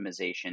optimization